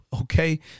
okay